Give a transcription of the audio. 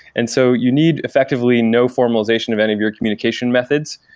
and so you need effectively no formalization of any of your communication methods,